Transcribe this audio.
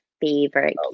favorite